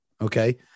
okay